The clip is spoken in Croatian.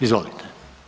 Izvolite.